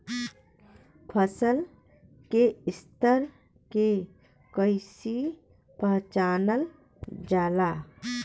फसल के स्तर के कइसी पहचानल जाला